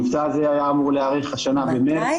המבצע הזה היה אמור להיערך השנה במרץ -- 200